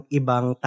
ibang